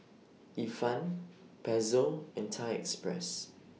Ifan Pezzo and Thai Express